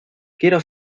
quiero